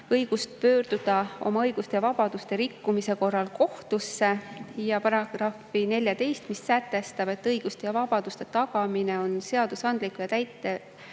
õiguse pöörduda oma õiguste ja vabaduste rikkumise korral kohtusse. Paragrahv 14 sätestab, et õiguste ja vabaduste tagamine on seadusandliku, täidesaatva